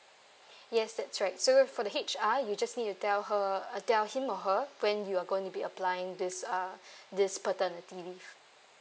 yes that's right so for the H_R you just need to tell her uh tell him or her when you're going to be applying this uh this paternity leave